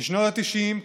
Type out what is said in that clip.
בשנות התשעים,